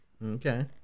Okay